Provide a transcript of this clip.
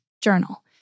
journal